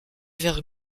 vers